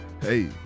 Hey